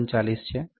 39 છે